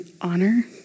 honor